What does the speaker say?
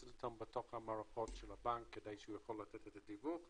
אותם בתוך המערכות של הבנק כדי שהוא יוכל לתת את הדיווח הזה.